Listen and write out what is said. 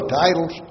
titles